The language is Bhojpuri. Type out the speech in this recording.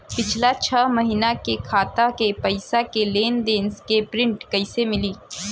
पिछला छह महीना के खाता के पइसा के लेन देन के प्रींट कइसे मिली?